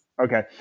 Okay